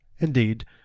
Indeed